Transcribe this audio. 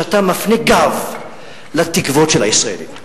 שאתה מפנה גב לתקוות של הישראלים.